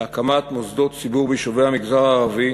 להקמת מוסדות ציבור ביישובי המגזר הערבי,